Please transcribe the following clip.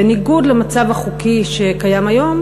בניגוד למצב החוקי שקיים היום,